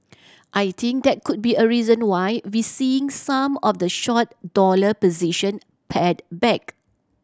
I think that could be a reason why we seeing some of the short dollar position pared back